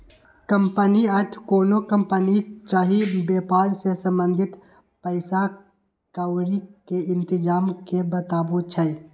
company अर्थ कोनो company चाही वेपार से संबंधित पइसा क्औरी के इतजाम के बतबै छइ